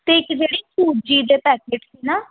ਅਤੇ ਇੱਕ ਜਿਹੜੀ ਸੂਜੀ ਦੇ ਪੈਕਟ ਸੀ ਨਾ